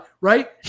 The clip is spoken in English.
right